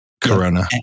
corona